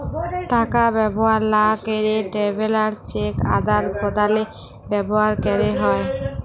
টাকা ব্যবহার লা ক্যেরে ট্রাভেলার্স চেক আদাল প্রদালে ব্যবহার ক্যেরে হ্যয়